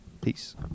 peace